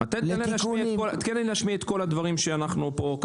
את כל ההסתייגויות ואז אנחנו נשמע את הצדדים.